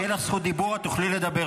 כשתהיה לך זכות דיבור את תוכלי לדבר,